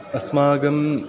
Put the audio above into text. अस्माकम्